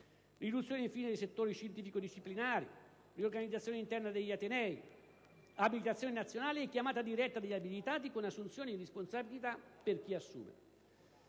riduzione dei settori scientifico-disciplinari, la riorganizzazione interna degli atenei, l'abilitazione nazionale e la chiamata diretta degli abilitati con assunzione di responsabilità di chi assume.